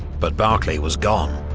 but barclay was gone.